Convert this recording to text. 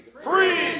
free